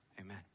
amen